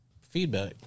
feedback